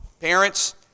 Parents